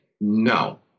no